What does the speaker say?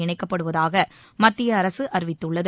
இணைக்கப்படுவதாக மத்திய அரசு அறிவித்துள்ளது